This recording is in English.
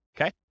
Okay